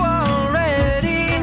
already